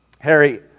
Harry